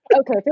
Okay